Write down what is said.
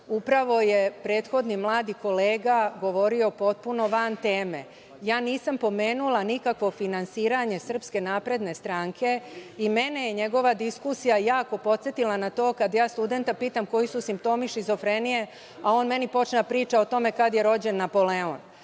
Upravo je prethodni mladi kolega govorio potpuno van teme. Ja nisam pomenula nikakvo finansiranje SNS i mene je njegova diskusija jako podsetila na to kada ja studenta pitam – koji su simptomi šizofrenije, a on meni počne da priča o tome kada je rođen Napoleon.